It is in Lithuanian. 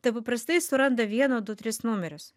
tai paprastai suranda vieną du tris numerius